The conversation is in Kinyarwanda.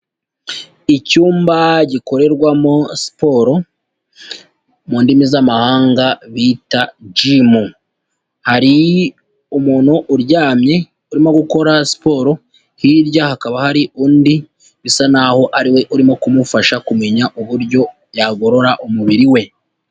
Icyumba gikorerwamo siporo mu ndimi z'amahanga bita Gym. Hari umuntu uryamye urimo gukora siporo, hirya hakaba hari undi bisa naho ariwe urimo kumufasha kumenya uburyo yagorora umubiri we.